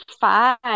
five